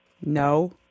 No